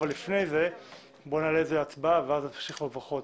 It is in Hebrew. אבל לפני זה נעלה את זה להצבעה ואז נמשיך בברכות.